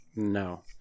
No